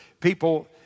people